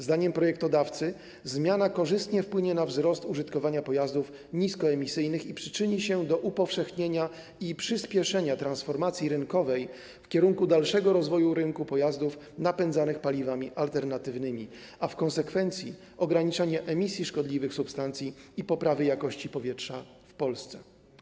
Zdaniem projektodawcy zmiana korzystnie wpłynie na wzrost użytkowania pojazdów niskoemisyjnych i przyczyni się do upowszechnienia i przyspieszenia transformacji rynkowej w kierunku dalszego rozwoju rynku pojazdów napędzanych paliwami alternatywnymi, a w konsekwencji - ograniczenia emisji szkodliwych substancji i poprawy jakości powietrza w Polsce.